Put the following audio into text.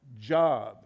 job